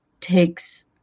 takes